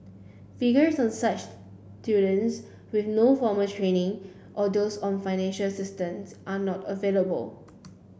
figures on such students with no formal training or those on financial assistance are not available